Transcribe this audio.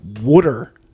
water